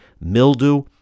mildew